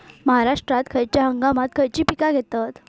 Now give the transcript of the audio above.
महाराष्ट्रात खयच्या हंगामांत खयची पीका घेतत?